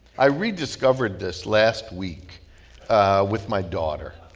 i rediscovered this last week with my daughter.